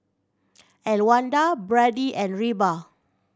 Elwanda Brady and Reba